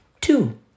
two